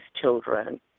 children